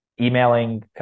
emailing